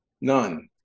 None